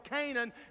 Canaan